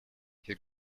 his